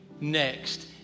next